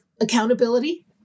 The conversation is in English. accountability